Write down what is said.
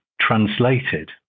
translated